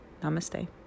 Namaste